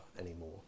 anymore